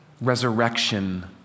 resurrection